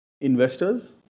investors